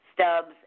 stubs